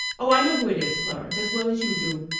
oh, i know who it is, clarence, as well as you do.